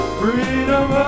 freedom